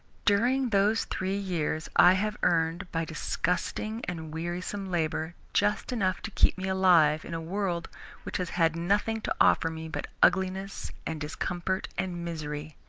during those three years i have earned, by disgusting and wearisome labour, just enough to keep me alive in a world which has had nothing to offer me but ugliness and discomfort and misery.